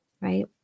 right